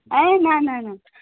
ए ना ना ना